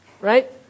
right